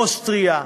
אוסטריה,